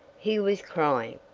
he was crying.